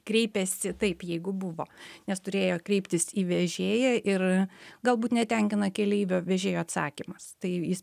kreipėsi taip jeigu buvo nes turėjo kreiptis į vežėją ir galbūt netenkina keleivio vežėjo atsakymas tai jis